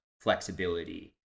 flexibility